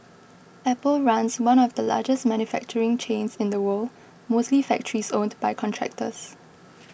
Apple runs one of the largest manufacturing chains in the world mostly factories owned by contractors